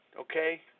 Okay